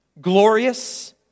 Glorious